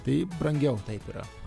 tai brangiau taip yra